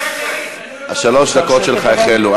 שלוש הדקות שלך החלו.